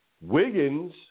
Wiggins